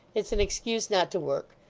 it's an excuse not to work.